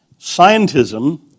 Scientism